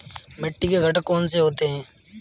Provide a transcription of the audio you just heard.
मिट्टी के घटक कौन से होते हैं?